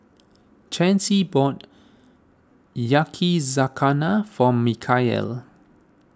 Chancy bought Yakizakana for Mikeal